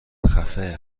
خفه